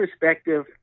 perspective